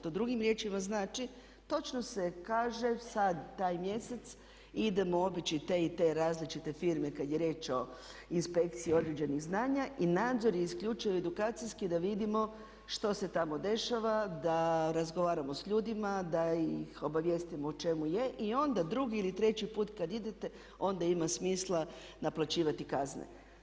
To drugim riječima znači točno se kaže sad taj mjesec idemo obići te i te različite firme kad je riječ o inspekciji određenih znanja i nadzor je isključivo edukacijski da vidimo što se tamo dešava, da razgovaramo s ljudima, da ih obavijestimo o čemu je i onda drugi ili treći put kad idete onda ima smisla naplaćivati kazne.